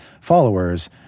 followers